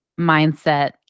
mindset